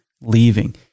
leaving